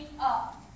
up